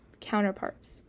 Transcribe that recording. counterparts